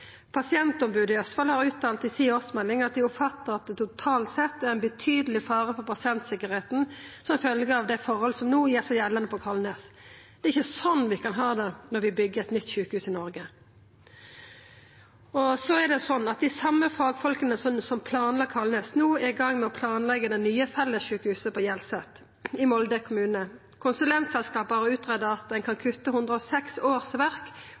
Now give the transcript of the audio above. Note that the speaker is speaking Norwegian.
Pasientombodet i Østfold har uttalt i årsmeldinga si at dei oppfattar at det totalt sett er ein betydeleg fare for pasientsikkerheita som følgje av dei forholda som no gjer seg gjeldande på Kalnes. Det er ikkje slik vi skal ha det når vi byggjer eit nytt sjukehus i Noreg. Dei same fagfolka som planla Kalnes, er no i gang med å planleggja det nye fellessjukehuset på Hjelset i Molde kommune. Konsulentselskapet har greidd ut at ein kan kutta 106